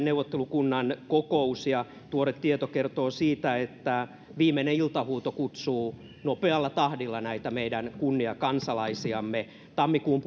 neuvottelukunnan kokous ja tuore tieto kertoo siitä että viimeinen iltahuuto kutsuu nopealla tahdilla näitä meidän kunniakansalaisiamme tammikuun